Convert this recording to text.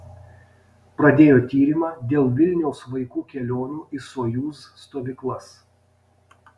pradėjo tyrimą dėl vilniaus vaikų kelionių į sojuz stovyklas